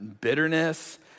bitterness